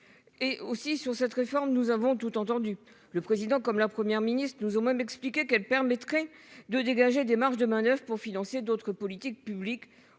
Et aussi sur cette réforme, nous avons tout entendu le président comme la Première ministre nous au moins m'expliquait qu'elle permettrait de dégager des marges de manoeuvre pour financer d'autres politiques publiques,